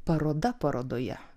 paroda parodoje